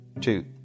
Two